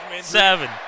seven